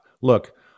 look